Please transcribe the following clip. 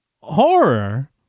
horror